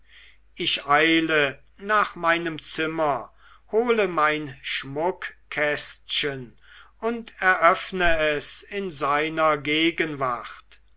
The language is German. ich eile nach meinem zimmer hole mein schmuckkästchen und eröffne es in seiner gegenwart